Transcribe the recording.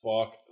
Fuck